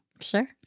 Sure